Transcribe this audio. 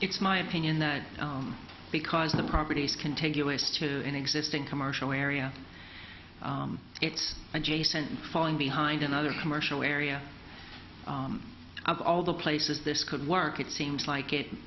it's my opinion that because the properties contiguous to an existing commercial area it's adjacent falling behind another commercial area of all the places this could work it seems like it